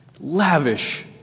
Lavish